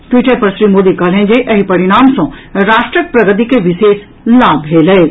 Twitter पर श्री मोदी कहलनि जे एहि परिणाम सँ राष्ट्रक प्रगति के विशेष लाभ भेल अछि